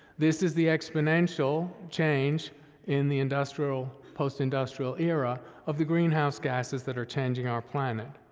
this is the exponential change in the industrial, post-industrial era of the greenhouse gasses that are changing our planet,